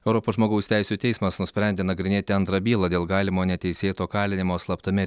europos žmogaus teisių teismas nusprendė nagrinėti antrą bylą dėl galimo neteisėto kalinimo slaptame